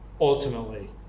ultimately